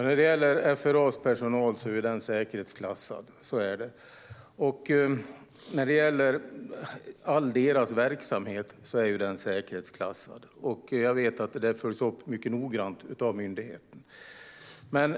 Herr talman! FRA:s personal är säkerhetsklassad. Så är det. All FRA:s verksamhet är säkerhetsklassad. Jag vet att det följs upp mycket noggrant av myndigheten.